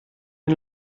den